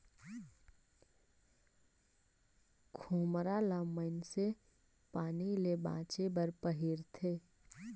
खोम्हरा ल मइनसे पानी ले बाचे बर पहिरथे